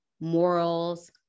morals